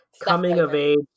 coming-of-age